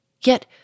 Yet